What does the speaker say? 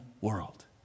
world